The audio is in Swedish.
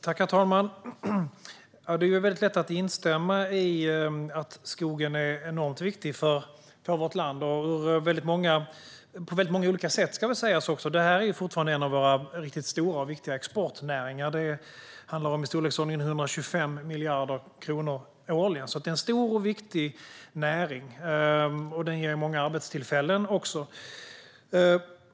Herr talman! Det är lätt att instämma i att skogen är enormt viktig för vårt land - och på många olika sätt, ska också sägas. Skogen är fortfarande en av våra riktigt stora och viktiga exportnäringar. Det handlar om i storleksordningen 125 miljarder kronor årligen. Skogen är alltså en stor och viktig näring, och den ger också många arbetstillfällen.